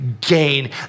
gain